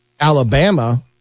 Alabama